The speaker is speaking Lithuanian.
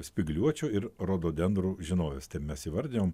spygliuočių ir rododendrų žinovės tai mes įvardijom